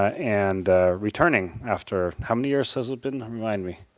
and returning, after how many years has been? remind me.